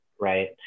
right